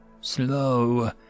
Slow